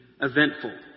eventful